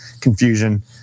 confusion